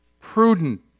prudent